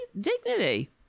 dignity